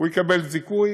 יקבל זיכוי